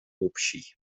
общий